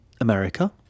America